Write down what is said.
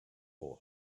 for